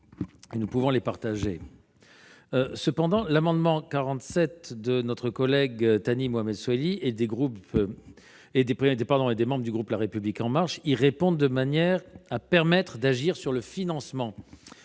Nous pouvons les partager. Cependant, l'amendement n° 47 de notre collègue Thani Mohamed Soilihi et des membres du groupe La République En Marche y répond avec un dispositif permettant d'agir sur le financement